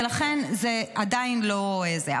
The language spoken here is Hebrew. ולכן זה עדיין לא זה.